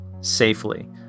safely